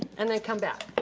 and then come back.